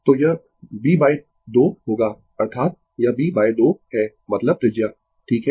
तो यह b 2 होगा अर्थात यह b 2 है मतलब त्रिज्या ठीक है